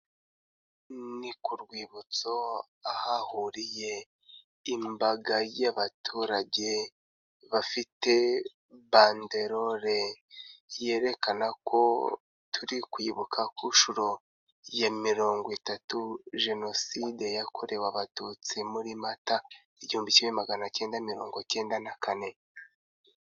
Ni ku Rwibutso ahahuriye imbaga y'abaturage, bafite bandelore yerekana ko turi kwibuka ku nshuro ya mirongongwi itatu jenoside yakorewe abatutsi muri mata igihumbi kimwe maganacyenda mirongo cyeyenda na kane.